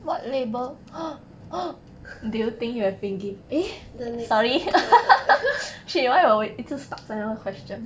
what label the next